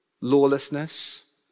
lawlessness